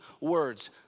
words